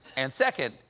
and second,